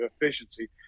efficiency